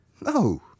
No